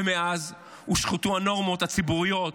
ומאז הושחתו הנורמות הציבוריות.